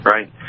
Right